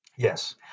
Yes